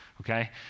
okay